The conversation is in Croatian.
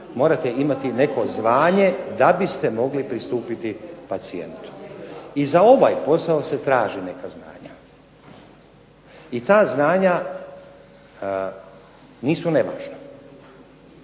morate imati neko zvanje da biste mogli pristupiti pacijentu. I za ovaj posao se traži neka znanja i ta znanja nisu nevažna.